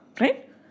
right